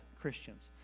Christians